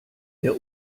der